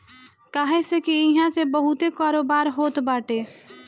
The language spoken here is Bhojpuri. काहे से की इहा से बहुते कारोबार होत बाटे